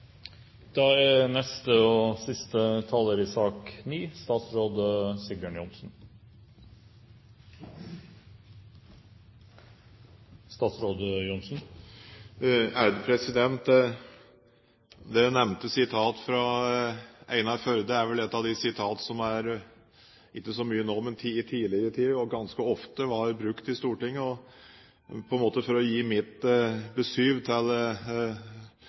Det nevnte sitat fra Einar Førde er vel et av de sitat som – ikke så mye nå, men i tidligere tider – ganske ofte ble brukt i Stortinget. For å gi mitt besyv til